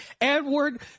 Edward